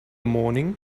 morning